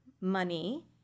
money